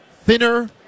thinner